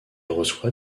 reçoit